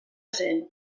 zen